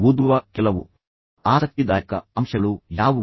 ಓದುವ ಕೆಲವು ಆಸಕ್ತಿದಾಯಕ ಅಂಶಗಳು ಯಾವುವು